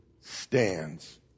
stands